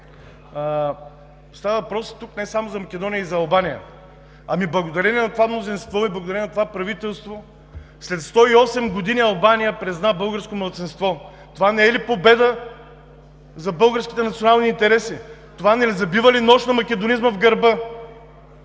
става въпрос не само за Македония и за Албания. Ами, благодарение на това мнозинство и благодарение на това правителство след 108 години Албания призна българско малцинство. Това не е ли победа за българските национални интереси? Това не забива ли нож на македонизма в гърба?